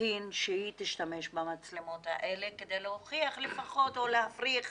תקין שהיא תשתמש במצלמות האלה כדי להוכיח לפחות או להפריך